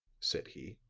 said he.